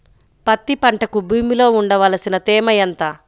పత్తి పంటకు భూమిలో ఉండవలసిన తేమ ఎంత?